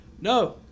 No